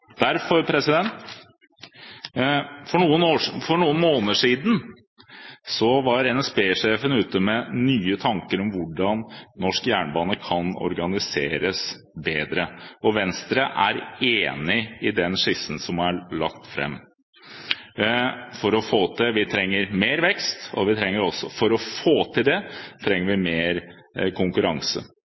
For noen måneder siden var NSB-sjefen ute med nye tanker om hvordan norsk jernbane kan organiseres bedre. Venstre er enig i den skissen som er lagt fram. Vi trenger mer vekst. For å få til det trenger vi mer konkurranse. Det er blitt foreslått å samle store deler av NSB og